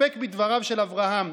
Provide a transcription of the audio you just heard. מפקפק בדבריו של אברהם,